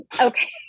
okay